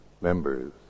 members